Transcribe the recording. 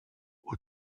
aux